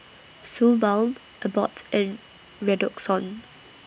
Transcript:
Suu Balm Abbott and Redoxon